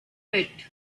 pit